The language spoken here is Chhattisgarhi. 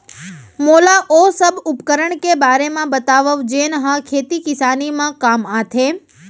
मोला ओ सब उपकरण के बारे म बतावव जेन ह खेती किसानी म काम आथे?